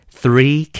three